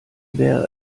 wäre